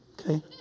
Okay